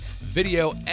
video